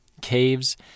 caves